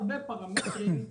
יש כל כך הרבה פרמטרים,